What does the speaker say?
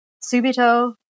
Subito